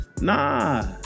nah